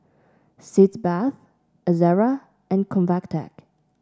Sitz Bath Ezerra and Convatec